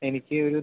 എനിക്ക് ഒരു